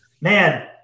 man